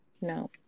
No